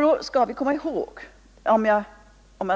Då skall vi komma ihåg — och